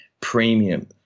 premium